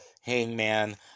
Hangman